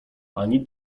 ani